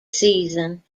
season